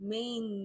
Main